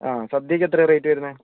സദ്യക്ക് എത്രയാണ് റേറ്റ് വരുന്നത്